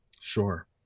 Sure